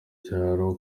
cyaro